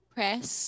Press